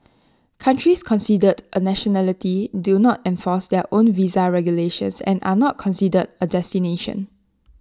countries considered A nationality do not enforce their own visa regulations and are not considered A destination